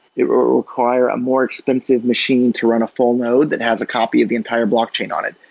it will require a more expensive machine to run a full node that has a copy of the entire blockchain on it.